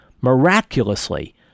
miraculously